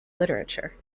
literature